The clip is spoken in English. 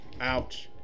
Ouch